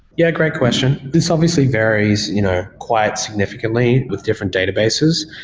yeah, great question. this obviously varies you know quite significantly with different databases.